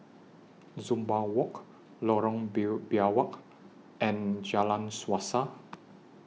Dunbar Walk Lorong Biawak and Jalan Suasa